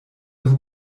vous